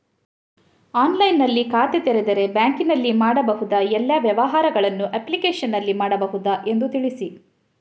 ಆನ್ಲೈನ್ನಲ್ಲಿ ಖಾತೆ ತೆರೆದರೆ ಬ್ಯಾಂಕಿನಲ್ಲಿ ಮಾಡಬಹುದಾ ಎಲ್ಲ ವ್ಯವಹಾರಗಳನ್ನು ಅಪ್ಲಿಕೇಶನ್ನಲ್ಲಿ ಮಾಡಬಹುದಾ ಎಂದು ತಿಳಿಸಿ?